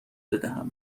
بدهم